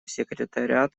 секретариат